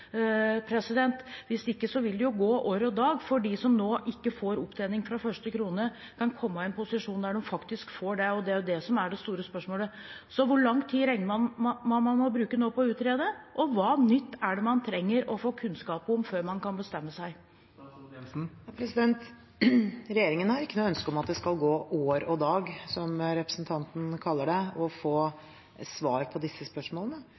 Hvis ikke man bestemmer seg, vil det gå år og dag før de som nå ikke får opptjening fra første krone, kan komme i en posisjon der de faktisk får det. Det er det som er det store spørsmålet. Hvor lang tid regner man med å bruke på å utrede, og hva nytt er det man trenger å få kunnskap om før man kan bestemme seg? Regjeringen har ikke noe ønske om at det skal gå år og dag, som representanten kaller det, å få svar på disse spørsmålene.